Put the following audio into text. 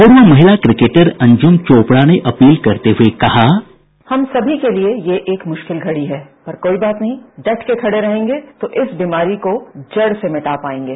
पूर्व महिला क्रिकेटर अंजुम चोपड़ा ने अपील करते हुए कहा बाईट हम सभी के लिए ये एक मुश्किल घडी है पर कोई बात नहीं डटके खड़े रहेंगे तो इस बीमारी को जड से मिटा पाएंगे